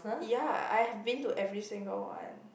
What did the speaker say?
ya I have been to every single one